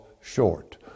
short